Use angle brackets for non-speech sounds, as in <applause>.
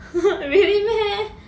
<laughs> really meh only